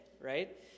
right